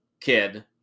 kid